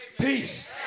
peace